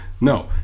no